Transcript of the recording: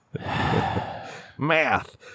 Math